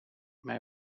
mij